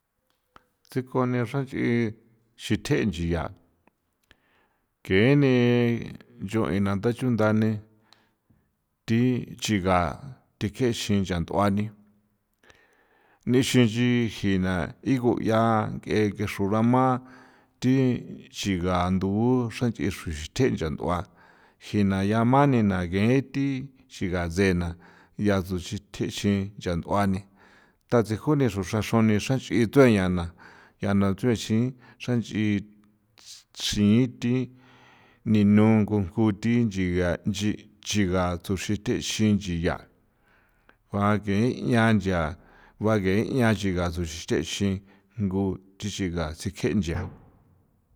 Tsikoni xranch'i xithje nchi ya kene nchue na tha chunthani thi chiga thekexin ncha nth'uani nixin nchin jina igu 'ia ng'e xru rama thi chiga ndu'u xran nch'i xuxithe' ncha nt'ua jina ya mani na gethi xigatsena ya tsuxi thjexi cha nt'uani tatsejuni xruxra xroni xanch'i tueya na ya na tsuexin xranch'i chin thi ninun ngu jngu thi nchi ya nchi chiga xruxre thexi nchiya ba ken ya nchia baye 'ian nchiga tsu chexin ngu che xiga tsikje nchia.